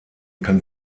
kann